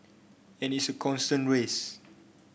and it's a constant race